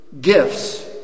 gifts